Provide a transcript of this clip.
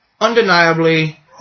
Undeniably